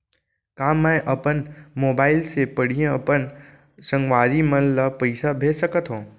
का मैं अपन मोबाइल से पड़ही अपन संगवारी मन ल पइसा भेज सकत हो?